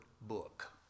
book